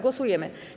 Głosujemy.